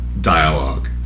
dialogue